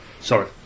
Sorry